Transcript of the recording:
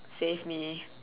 save me